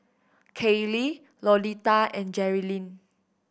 Kaylie Lolita and Jerilyn